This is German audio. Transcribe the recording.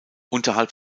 unterhalb